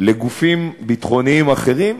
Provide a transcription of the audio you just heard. לגופים ביטחוניים אחרים,